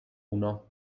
uno